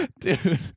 Dude